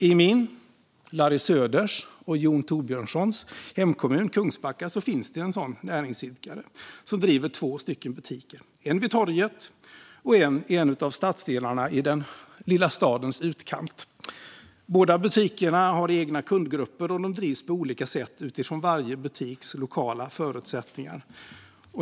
I min, Larry Söders och Jon Thorbjörnsons hemkommun Kungsbacka finns det en sådan näringsidkare som driver två butiker, en vid torget och en i en av stadsdelarna i den lilla stadens utkant. Båda butikerna har egna kundgrupper, och de drivs på olika sätt utifrån varje butiks lokala förutsättningar.